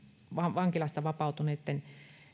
vankiloista vapautuneitten